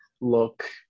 look